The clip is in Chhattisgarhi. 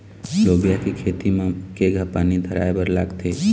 लोबिया के खेती म केघा पानी धराएबर लागथे?